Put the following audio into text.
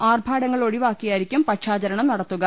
ആർഭാടങ്ങൾ ഒഴിവാക്കിയായിരിക്കും പക്ഷാചരണം നട ത്തുക